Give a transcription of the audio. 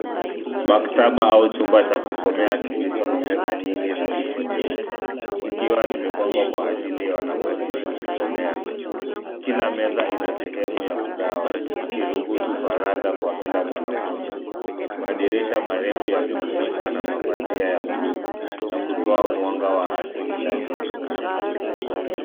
Maktaba au chumba cha kusomea kilicho na meza nyingi na viti vyeusi zikiwa zimepangwa kwa ajili ya wanafunzi kujisomea. Kila meza ina sehemu ya kugawa ikiruhusu faragha kwa kila mwanafunzi. Madirisha marefu yamefunikwa na mapazia ya buluu na kutoa mwanga wa asili ndani ya chumba.